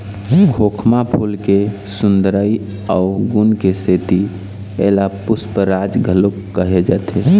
खोखमा फूल के सुंदरई अउ गुन के सेती एला पुस्पराज घलोक कहे जाथे